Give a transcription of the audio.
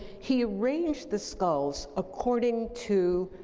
he arranged the skulls according to